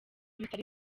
bitari